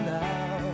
now